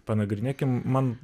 panagrinėkim man